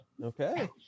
Okay